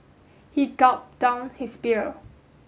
he gulped down his beer